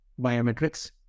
biometrics